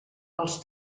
als